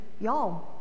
y'all